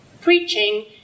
preaching